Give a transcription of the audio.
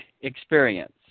experience